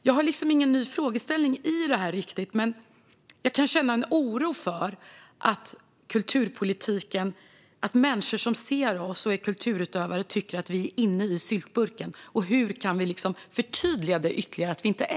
Jag har inte riktigt någon ny frågeställning, men jag kan känna en oro för att människor som är kulturutövare och som ser oss i kulturpolitiken tycker att vi är i syltburken. Hur kan vi ytterligare förtydliga att vi inte är det?